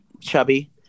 chubby